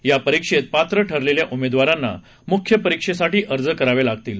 या परीक्षेत पात्र ठरलेल्या उमेदवारांना मुख्य परीक्षेसाठी अर्ज करावे लागतील